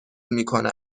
میکند